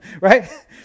right